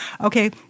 Okay